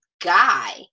guy